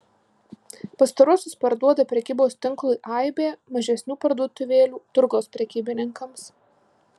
pastaruosius parduoda prekybos tinklui aibė mažesnių parduotuvėlių turgaus prekybininkams